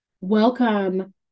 Welcome